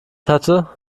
hatte